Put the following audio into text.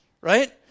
Right